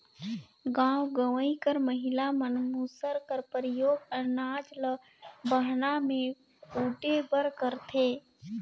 गाँव गंवई कर महिला मन मूसर कर परियोग अनाज ल बहना मे कूटे बर करथे